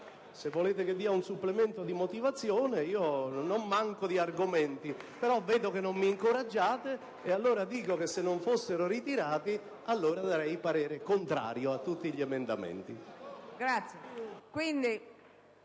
Se volete che dia un supplemento di motivazione io non manco di argomenti; vedo però che non mi incoraggiate, e allora dico che, se non fossero ritirati, esprimerei parere contrario su tutti gli emendamenti.